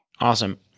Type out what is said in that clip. Awesome